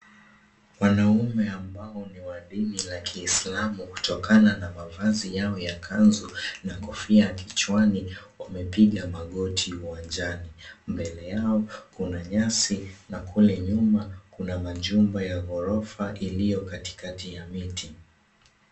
Wanaume ambao ni wa dini la kiislamu kutokana na mavazi yao ya kanzu na kofia kichwani wamepiga magoti uwanjani. Mbele yao kuna nyasi na kule nyuma kuna majumba ya ghorofa iliyo katikati ya miti.